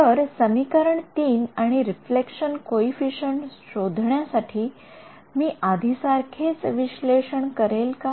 तर समीकरण ३ आणि रिफ्लेक्शन कॉइफिसिएंट शोधण्यासाठी मी आधी सारखेच विश्लेषण करेन का